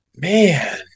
Man